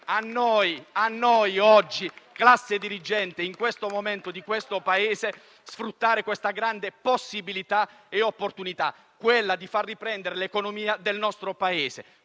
Sta a noi oggi, classe dirigente in questo momento di questo Paese, sfruttare questa grande possibilità e opportunità: quella di far riprendere l'economia del nostro Paese.